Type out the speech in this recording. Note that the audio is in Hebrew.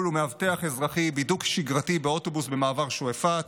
ומאבטח אזרחי בידוק שגרתי באוטובוס במעבר שועפאט.